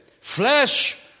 Flesh